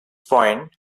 point